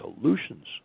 Solutions